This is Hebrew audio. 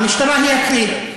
המשטרה היא הכלי.